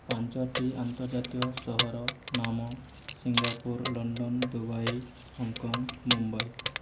ପାଞ୍ଚଟି ଅନ୍ତର୍ଜାତୀୟ ସହର ନାମ Singapore London Dubai Hong Kong Mumbai